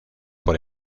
por